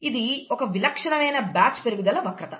ఇది ఒక విలక్షణమైన బ్యాచ్ పెరుగుదల వక్రత